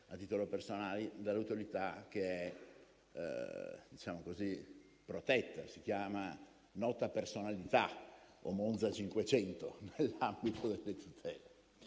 a titolo personale - dall'autorità che è protetta: si chiama «nota personalità» o «Monza 500» nell'ambito delle tutele.